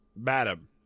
Madam